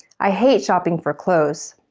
i hate shopping for clothes.